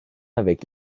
avec